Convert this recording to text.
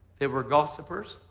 they were gossipers.